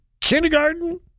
kindergarten